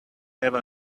have